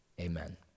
Amen